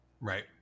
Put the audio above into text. Right